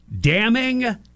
Damning